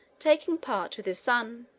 taking part with his son.